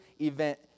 event